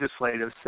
legislative